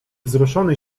wzruszony